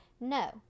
No